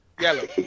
yellow